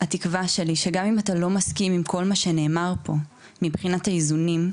התקווה שלי שגם אם אתה לא מסכים עם כל מה שנאמר פה מבחינת האיזונים,